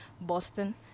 boston